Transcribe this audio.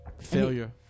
Failure